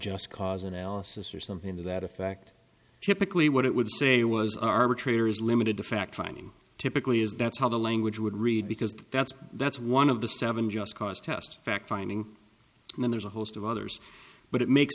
just cause analysis or something to that effect typically what it would say was arbitrator is limited to fact finding typically is that's how the language would read because that's that's one of the seven just cause test fact finding and then there's a host of others but it makes